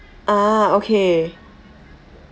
ah okay